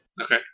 Okay